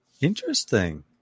Interesting